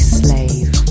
slave